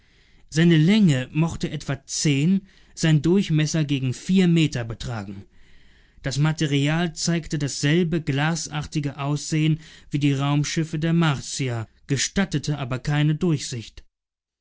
seine länge mochte etwa zehn sein durchmesser gegen vier meter betragen das material zeigte dasselbe glasartige aussehen wie die raumschiffe der martier gestattete aber keine durchsicht